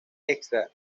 extra